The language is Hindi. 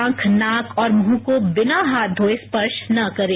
आंख नाक और मुंह को बिना हाथ धोये स्पर्श न करें